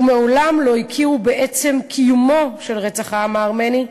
ומעולם לא הכירו בעצם קיומו של רצח העם הארמני,